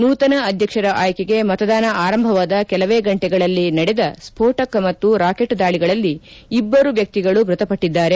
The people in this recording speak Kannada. ನೂತನ ಅಧ್ಯಕ್ಷರ ಆಯ್ಲೆಗೆ ಮತದಾನ ಆರಂಭವಾದ ಕೆಲವೆ ಗಂಟೆಗಳಲ್ಲಿ ನಡೆದ ಸ್ಪೋಟಕ ಮತ್ತು ರಾಕೆಟ್ ದಾಳಿಗಳಲ್ಲಿ ಇಬ್ಲರು ವ್ಯಕ್ತಿಗಳು ಮ್ಯತಪಟ್ಟದ್ದಾರೆ